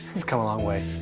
you've come a long way.